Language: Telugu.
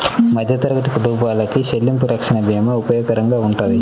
మధ్యతరగతి కుటుంబాలకి చెల్లింపు రక్షణ భీమా ఉపయోగకరంగా వుంటది